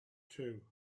two